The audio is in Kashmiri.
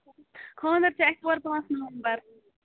خاندر چھُ اَسہِ ژور پانٛژھ نومبر